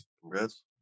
Congrats